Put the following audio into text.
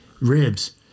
Ribs